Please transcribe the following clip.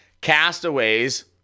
Castaways